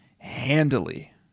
Handily